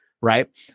Right